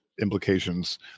implications